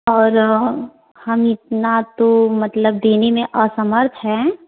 और हम इतना तो मतलब देने में असमर्थ हैं